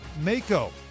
mako